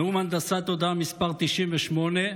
נאום הנדסת תודעה מס' 98,